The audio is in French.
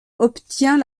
obtient